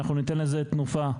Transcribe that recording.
אנחנו ניתן לזה תנופה.